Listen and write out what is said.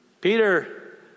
peter